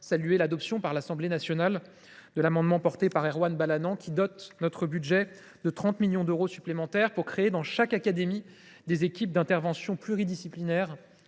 égard l’adoption, par l’Assemblée nationale, de l’amendement porté par Erwan Balanant tendant à allouer 30 millions d’euros supplémentaires pour créer dans chaque académie des équipes d’intervention pluridisciplinaires